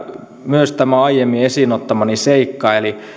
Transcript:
myös tämä aiemmin esiin ottamani seikka eli